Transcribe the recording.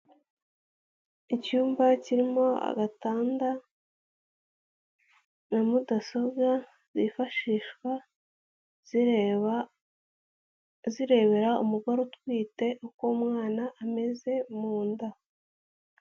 Icyumba kirimo agatanda na mudasobwa zifashishwa zireba zirebera umugore utwite uko umwana ameze mu nda.